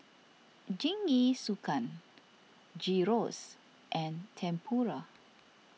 Jingisukan Gyros and Tempura